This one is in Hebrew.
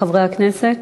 חברי הכנסת.